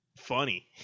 funny